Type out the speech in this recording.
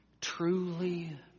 truly